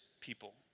people